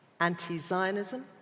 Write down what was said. Anti-Zionism